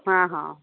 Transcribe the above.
हा हा